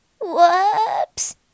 Whoops